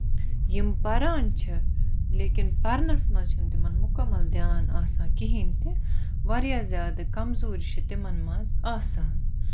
یِم پَران چھِ لیکِن پَرنَس منٛز چھُنہٕ تِمن مُکَمَل دیان آسان کِہینۍ تہِ واریاہ زیادٕ کَمزوٗری چھِ تِمن منٛز آسان